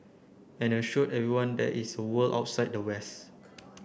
and assured everyone there is a world outside the west